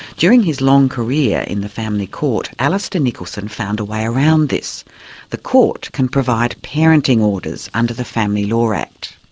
during his long career in the family court, alistair nicholson found a way around this the court can provide parenting orders under the family law act.